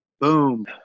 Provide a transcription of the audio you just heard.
boom